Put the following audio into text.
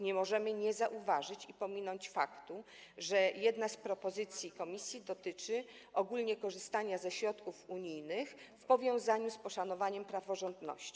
Nie możemy nie zauważyć i pominąć faktu, że jedna z propozycji Komisji dotyczy ogólnie korzystania ze środków unijnych w powiązaniu z poszanowaniem praworządności.